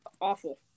awful